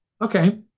okay